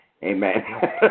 Amen